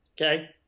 Okay